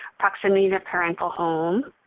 proximity to parental home.